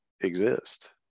exist